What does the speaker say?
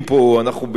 אנחנו בבידוד,